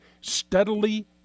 steadily